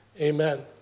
amen